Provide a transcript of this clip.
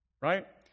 right